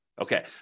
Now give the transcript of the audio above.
Okay